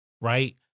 Right